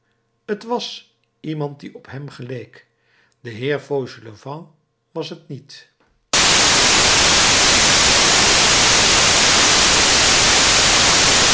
t was iemand die op hem geleek de heer fauchelevent was er niet